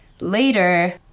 later